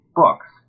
books